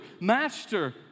Master